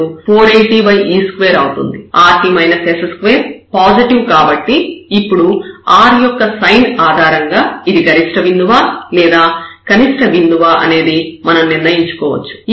rt s2 positive కాబట్టి ఇప్పుడు r యొక్క సైన్ ఆధారంగా ఇది గరిష్ట బిందువా లేదా కనిష్ట బిందువా అనేది మనం నిర్ణయించుకోవచ్చు